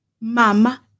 mama